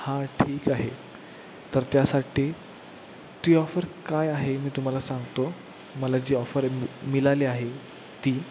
हा ठीक आहे तर त्यासाठी ती ऑफर काय आहे मी तुम्हाला सांगतो मला जी ऑफर मिळाली आहे ती